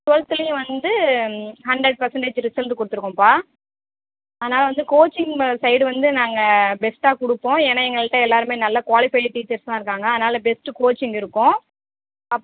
ட்வெல்த்துலேயும் வந்து hundred percentage result கொடுத்துருக்கோம்ப்பா அதனால வந்து கோச்சிங் சைடு வந்து நாங்கள் பெஸ்ட்டாக கொடுப்போம் ஏன்னா எங்கள்ட்ட எல்லோருமே நல்ல குவாலிஃபைடு டீச்சர்ஸ் தான் இருக்காங்க அதனால் பெஸ்ட்டு கோச்சிங் இருக்கும்